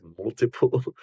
multiple